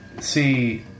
see